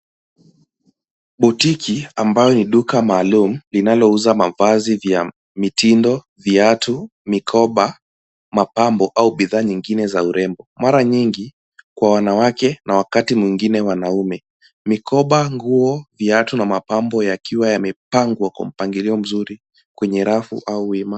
Botiki, ambalo ni duka maalum linalouza mavazi ya mitindo, viatu, mikoba, mapambo, au bidhaa nyingine za urembo. Mara nyingi, kwa wanawake na wakati mwingine kwa wanaume. Mikoba, nguo, viatu, na mapambo yakiwa yamepangwa kwa mpangilio mzuri kwenye rafu au wima.